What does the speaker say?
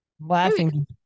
Laughing